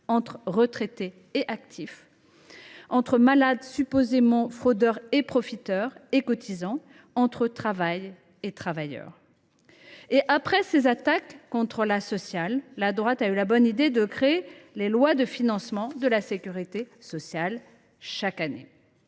entre retraités et actifs, entre malades, supposément fraudeurs et profiteurs, et cotisants, entre travail et travailleurs. Après ces attaques contre « la sociale », la droite a eu la bonne idée de créer les lois de financement de la sécurité sociale. Chaque année,